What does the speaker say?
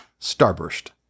Starburst